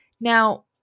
Now